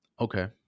Okay